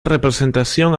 representación